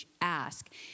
ask